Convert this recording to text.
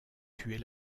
tuer